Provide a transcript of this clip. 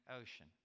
Ocean